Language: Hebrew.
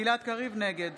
חבר הכנסת) גלעד קריב, נגד